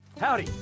Howdy